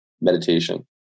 meditation